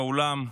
באולם.